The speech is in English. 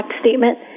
statement